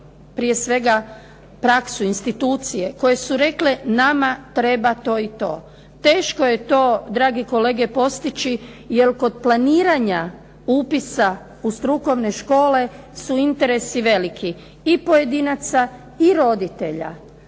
prije svega praksu, institucije koje su rekle nama treba to i to. Teško je to dragi kolege postići jer kod planiranja upisa u strukovne škole su interesi veliki i pojedinaca i roditelja,